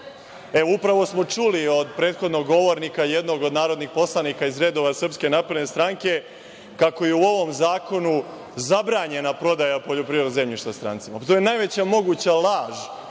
E, upravo smo čuli od prethodnog govornika, jednog od narodnih poslanika iz redova Srpske napredne stranke, kako je u ovom zakonu zabranjena prodaja poljoprivrednog zemljišta strancima. To je najveća moguća laž